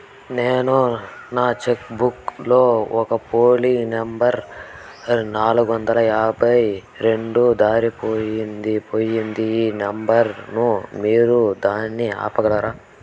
నేను నా cheque book లోని ఒక లీఫ్ నెంబర్ నాలుగు వందల యాభై రెండు దారిపొయింది పోయింది ఈ నెంబర్ ను మీరు దాన్ని ఆపగలరా?